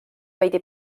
veidi